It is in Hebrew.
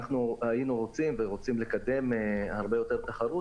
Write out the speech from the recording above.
היינו רוצים לקדם הרבה יותר תחרות,